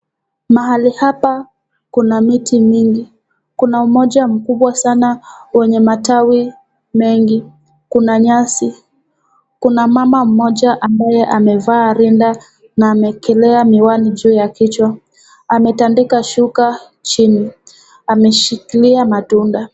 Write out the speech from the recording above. Mahali hapa kuna miti mingi, kuna mmoja mkubwa sana wenye matawi mengi. Kuna nyasi, kuna mama mmoja ambaye amevaa rinda na ameekelea miwani juu ya kichwa. Ametandika shuka chini, ameshikilia matunda.